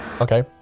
Okay